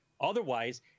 Otherwise